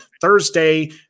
Thursday